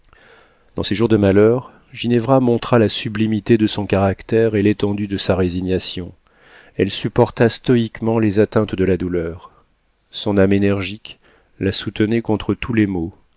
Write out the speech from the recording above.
dans ces jours de malheur ginevra montra la sublimité de son caractère et l'étendue de sa résignation elle supporta stoïquement les atteintes de la douleur son âme énergique la soutenait contre tous les maux